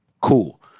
cool